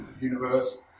universe